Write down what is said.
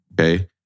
okay